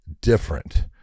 different